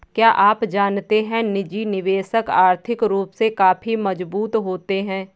क्या आप जानते है निजी निवेशक आर्थिक रूप से काफी मजबूत होते है?